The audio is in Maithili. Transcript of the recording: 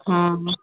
हँ